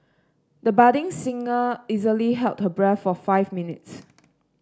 the budding singer easily held her breath for five minutes